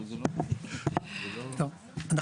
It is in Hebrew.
טוב,